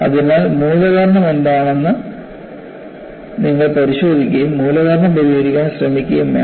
അതിനാൽ മൂലകാരണം എന്താണെന്ന് നിങ്ങൾ പരിശോധിക്കുകയും മൂലകാരണം പരിഹരിക്കാൻ ശ്രമിക്കുകയും വേണം